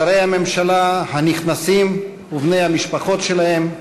שרי הממשלה הנכנסים ובני משפחותיהם,